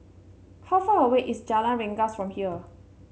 how far away is Jalan Rengas from here